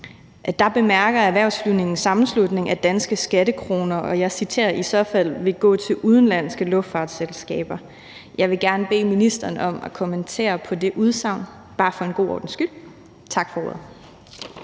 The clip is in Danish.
der bemærker Erhvervsflyvningens Sammenslutning, at danske skattekroner i så fald vil, og jeg citerer: »gå til udenlandske luftfartsselskaber«. Jeg vil gerne bede ministeren om at kommentere på det udsagn, bare for en god ordens skyld. Tak for ordet.